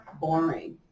boring